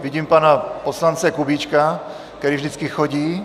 Vidím poslance Kubíčka, který vždycky chodí.